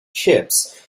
ships